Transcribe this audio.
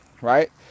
right